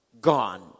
gone